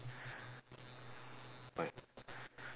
my